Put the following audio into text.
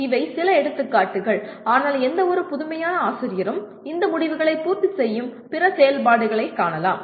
இவை சில எடுத்துக்காட்டுகள் ஆனால் எந்தவொரு புதுமையான ஆசிரியரும் இந்த முடிவுகளை பூர்த்தி செய்யும் பிற செயல்பாடுகளைக் காணலாம்